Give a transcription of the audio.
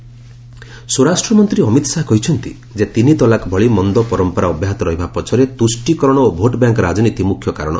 Amit Shah triple talaq ସ୍ୱରାଷ୍ଟ୍ରମନ୍ତ୍ରୀ ଅମିତ ଶାହା କହିଛନ୍ତି ଯେ ତିନି ତଲାକ ଭଳି ମନ୍ଦ ପରମ୍ପରା ଅବ୍ୟାହତ ରହିବା ପଛରେ ତୁଷ୍ଟିକରଣ ଓ ଭୋଟ୍ ବ୍ୟାଙ୍କ ରାଜନୀତି ମୁଖ୍ୟ କାରଣ